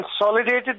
consolidated